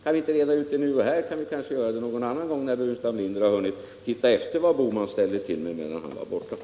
Kan vi inte reda ut det här och nu, kanske vi kan göra det någon annan gång, när Staffan Burenstam Linder har hunnit titta efter vad Gösta Bohman ställde till med när handelsministern var bortrest.